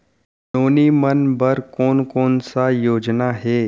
नोनी मन बर कोन कोन स योजना हे?